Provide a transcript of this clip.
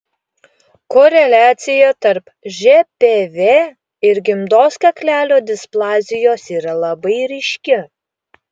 koreliacija tarp žpv ir gimdos kaklelio displazijos yra labai ryški